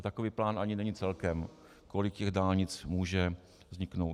Takový plán ani není ani celkem, kolik dálnic může vzniknout.